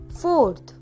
Fourth